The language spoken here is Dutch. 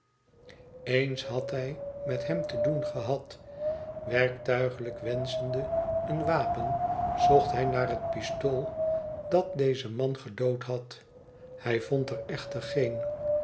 eens had hij met hem te doen gehad werktuigelijk wenschende een wapen zocht hij naar het pistool dat dezen man gedood had hij vond er echter geen